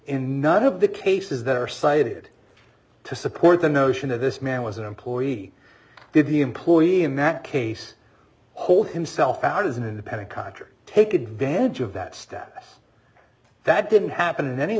and none of the cases that are cited to support the notion of this man was an employee did the employee in that case hold himself out as an independent contractor take advantage of that status that didn't happen in any of